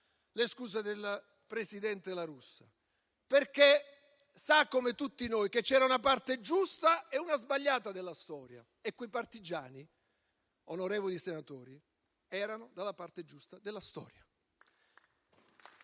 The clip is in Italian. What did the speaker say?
le scuse del presidente La Russa, perché sa come tutti noi che c'era una parte giusta e una parte sbagliata della storia e quei partigiani, onorevoli senatori, erano dalla parte giusta della storia.